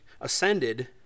ascended